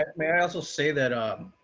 ah mary also say that um